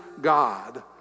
God